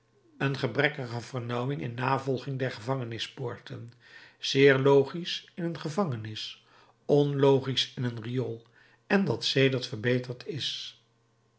een gebrekkige vernauwing in navolging der gevangenispoorten zeer logisch in een gevangenis onlogisch in een riool en dat sedert verbeterd is